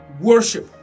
worship